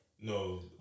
No